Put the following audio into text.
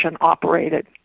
operated